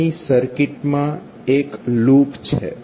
અહીં સર્કિટમાં એક લૂપ છે